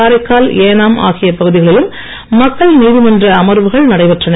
காரைக்கால் ஏனாம் ஆகிய பகுதிகளிலும் மக்கள் நீதிமன்ற அமர்வுகள் நடைபெற்றன